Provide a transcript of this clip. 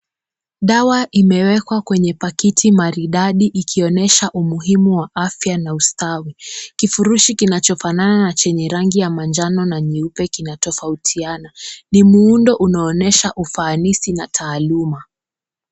Dawa imewekwa keenye paketi maridadi ikionyesha umuhimu wa afya na ustawi. Kifurushi kinachofanana na chenye rangi ya manjano na nyeupe kinatofautiana. Ni muundo unaoonyesha ufaanisi na taaluma.